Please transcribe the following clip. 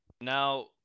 now